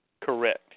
Correct